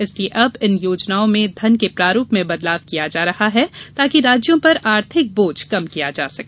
इसलिए अब इन योजनाओं में धन के प्रारूप में बदलाव किया जा रहा है ताकि राज्यों पर आर्थिक बोझ कम किया जा सके